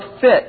fit